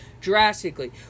drastically